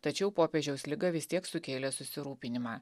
tačiau popiežiaus liga vis tiek sukėlė susirūpinimą